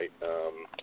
right